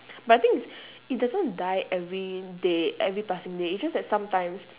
but the thing is it doesn't die every day every passing day it just that sometimes